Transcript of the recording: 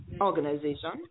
organization